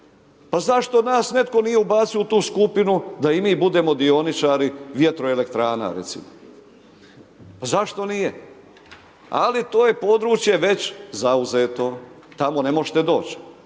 Pa zašto nas netko nije ubacio u tu skupinu da i mi budemo dioničari vjetroelektrana recimo? Pa zašto nije? Ali to je područje već zauzeto, tamo ne možete doći.